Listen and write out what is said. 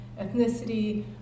ethnicity